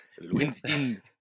Winston